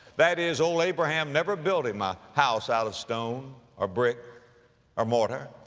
that is, old abraham never built him a house out of stone or brick or mortar.